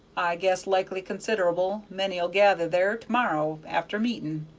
guess likely consider'ble many'll gather there to-morrow after meeting.